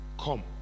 Come